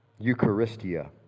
Eucharistia